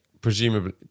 presumably